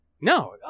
No